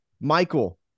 Michael